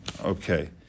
okay